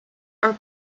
are